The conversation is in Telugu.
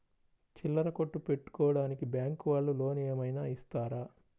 చిల్లర కొట్టు పెట్టుకోడానికి బ్యాంకు వాళ్ళు లోన్ ఏమైనా ఇస్తారా?